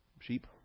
sheep